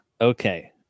Okay